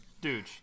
Dude